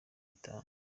itanu